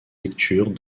lectures